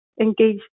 engaged